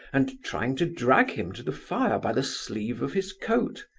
and trying to drag him to the fire by the sleeve of his coat.